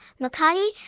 Makati